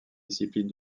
disciplines